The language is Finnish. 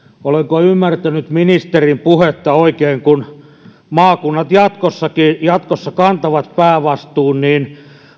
olenko ymmärtänyt ministerin puhetta oikein että kun maakunnat jatkossa kantavat päävastuun niin